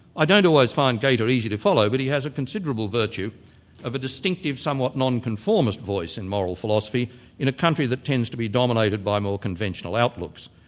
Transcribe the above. i don't always always find gaita easy to follow but he has a considerable virtue of a distinctive, somewhat nonconformist voice in moral philosophy in a country that tends to be dominated by more conventional outlooks.